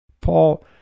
Paul